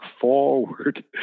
forward